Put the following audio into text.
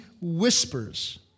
whispers